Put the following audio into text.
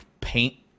Paint